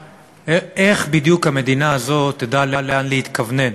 איך בדיוק תדע המדינה הזו לאן להתכוונן